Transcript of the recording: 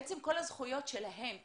בעצם, כל הזכויות שלהם כעובדים,